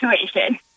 situation